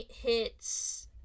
hits